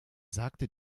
sagte